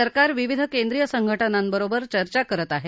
सरकार विविध केंद्रीय संघ जांबरोबर चर्चा करत हे